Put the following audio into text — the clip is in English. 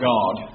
God